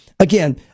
Again